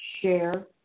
share